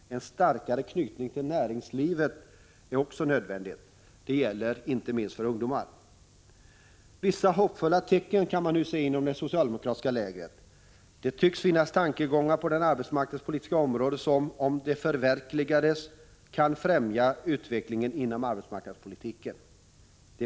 En starkare knytning till näringslivet är också nödvändig. Detta gäller inte minst för ungdomar. Vissa hoppfulla tecken kan nu ses inom det socialdemokratiska lägret. Det tycks finnas tankegångar på det arbetsmarknadspolitiska området som — om de förverkligas — kan främja utvecklingen inom arbetsmarknadspolitiken.